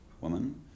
woman